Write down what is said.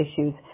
issues